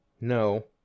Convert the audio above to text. No